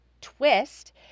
Twist